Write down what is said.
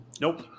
Nope